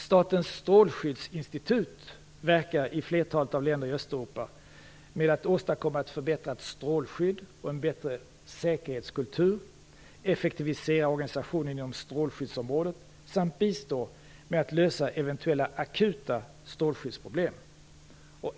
Statens strålskyddsinstitut verkar i flertalet av länderna i Östeuropa med att åstadkomma ett förbättrat strålskydd och en bättre säkerhetskultur, effektivisera organisationen inom strålskyddsområdet samt bistå med att lösa eventuella akuta strålskyddsproblem.